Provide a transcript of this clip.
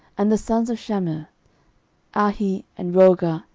and the sons of shamer ahi, and rohgah,